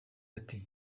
ati